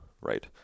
right